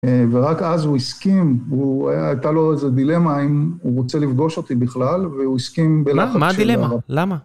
ורק אז הוא הסכים, הוא, הייתה לו איזה דילמה אם הוא רוצה לפגוש אותי בכלל, והוא הסכים בלחץ שלנו. מה הדילמה? למה?